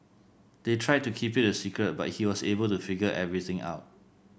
they tried to keep it a secret but he was able to figure everything out